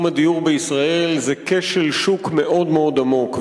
הדיור בישראל זה כשל שוק מאוד עמוק,